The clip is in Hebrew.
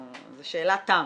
זו שאלת תם